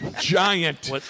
giant